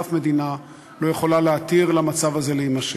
אף מדינה לא יכולה להתיר למצב הזה להימשך.